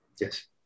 Yes